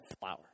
flower